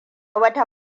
wata